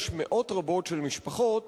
יש מאות רבות של משפחות